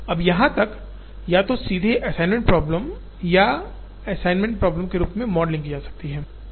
अब यहाँ तक या तो सीधे असाइनमेंट प्रॉब्लम या असाइनमेंट प्रॉब्लम के रूप में मॉडलिंग की जा सकती है